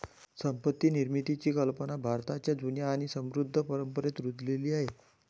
संपत्ती निर्मितीची कल्पना भारताच्या जुन्या आणि समृद्ध परंपरेत रुजलेली आहे